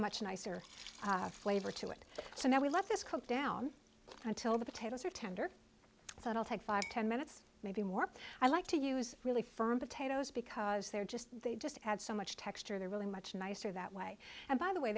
much nicer flavor to it so now we let this cook down until the potatoes are tender so i'll take five ten minutes maybe more i like to use really firm potatoes because they're just they just add so much texture they're really much nicer that way and by the way